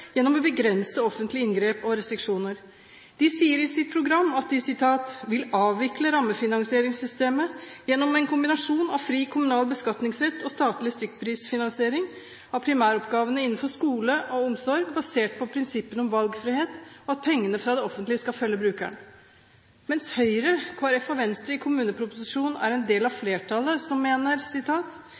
gjennom å begrense offentlige inngrep og restriksjoner.» De sier i sitt program at de «vil avvikle rammefinansieringssystemet gjennom en kombinasjon av fri kommunal beskatningsrett og statlig stykkprisfinansiering av primæroppgavene innenfor skole og omsorg, basert på prinsippene om valgfrihet og at pengene fra det offentlige skal følge brukeren». Mens Høyre og Kristelig Folkeparti i innstillingen til kommuneproposisjonen er en del av flertallet som mener